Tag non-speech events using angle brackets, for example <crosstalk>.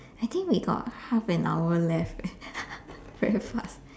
I think we got half an hour left leh <laughs> very fast